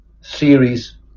series